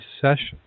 session